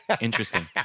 interesting